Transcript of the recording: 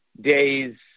days